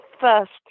first